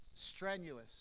strenuous